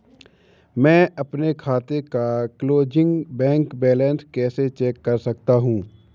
मैं अपने खाते का क्लोजिंग बैंक बैलेंस कैसे चेक कर सकता हूँ?